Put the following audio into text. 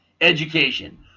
education